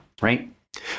Right